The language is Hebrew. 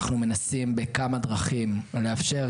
ואנחנו מנסים בכמה דרכים לאפשר,